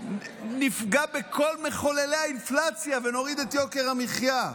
נפגע בכל מחוללי האינפלציה ונוריד את יוקר המחיה.